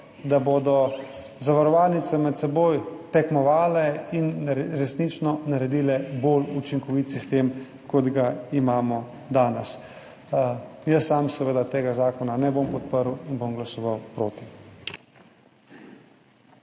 da bodo zavarovalnice med seboj tekmovale in resnično naredile bolj učinkovit sistem, kot ga imamo danes. Sam seveda tega zakona ne bom podprl in bom glasoval proti.